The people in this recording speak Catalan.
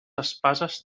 espases